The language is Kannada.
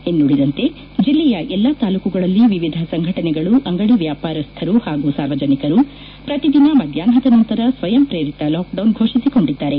ಇನ್ನುಳಿದಂತೆ ಜಿಲ್ಲೆಯಎಲ್ಲಾ ತಾಲೂಕುಗಳಲ್ಲಿ ವಿವಿಧ ಸಂಘಟನೆಗಳು ಅಂಗಡಿ ವ್ಯಾಪಾರಸ್ವರು ಹಾಗೂ ಸಾರ್ವಜನಿಕರು ಪ್ರತಿ ದಿನ ಮಧ್ಯಾಹ್ನದ ನಂತರ ಸ್ವಯಂ ಪ್ರೇರಿತ ಲಾಕ್ಡೌನ್ ಘೋಷಿಸಿಕೊಂಡಿದ್ದಾರೆ